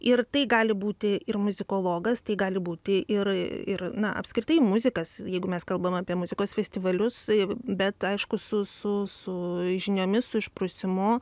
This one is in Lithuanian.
ir tai gali būti ir muzikologas tai gali būti ir ir na apskritai muzikas jeigu mes kalbam apie muzikos festivalius bet aišku su su su žiniomis su išprusimu